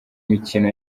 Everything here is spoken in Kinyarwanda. mikino